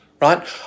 right